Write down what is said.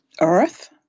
earth